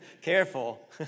Careful